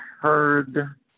heard